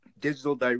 digital